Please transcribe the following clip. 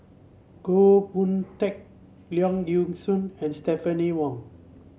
Goh Boon Teck Leong Yee Soo and Stephanie Wong